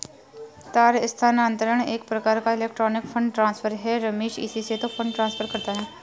तार स्थानांतरण एक प्रकार का इलेक्ट्रोनिक फण्ड ट्रांसफर है रमेश इसी से तो फंड ट्रांसफर करता है